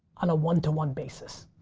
on a one to one basis?